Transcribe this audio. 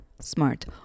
smart